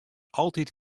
altyd